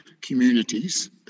Communities